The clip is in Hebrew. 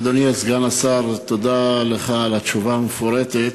אדוני סגן השר, תודה לך על התשובה המפורטת,